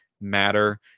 matter